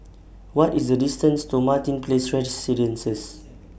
What IS The distance to Martin Place Residences